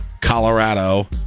Colorado